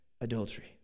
adultery